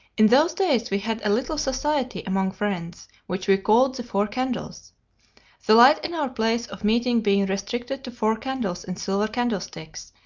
in those days we had a little society among friends, which we called the four candles the light in our place of meeting being restricted to four candles in silver candlesticks,